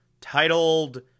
titled